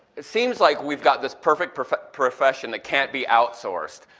it seems like we've got this perfect perfect profession that can't be outsourced,